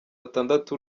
atandatu